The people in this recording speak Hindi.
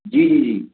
जी जी जी